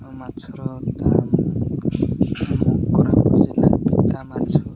ମାଛର ତା ଆମ କୋରାପୁଟ ଜିଲ୍ଲା ପିତା ମାଛ